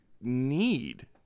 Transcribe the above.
need